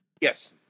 Yes